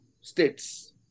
states